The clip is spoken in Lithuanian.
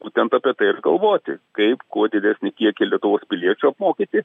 būtent apie tai ir galvoti kaip kuo didesnį kiekį lietuvos piliečių apmokyti